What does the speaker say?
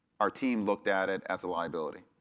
our team looked at it as a liability.